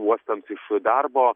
uostams iš darbo